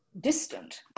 distant